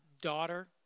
daughter